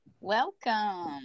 welcome